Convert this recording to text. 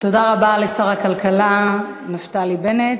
תודה רבה לשר הכלכלה נפתלי בנט.